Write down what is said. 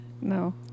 No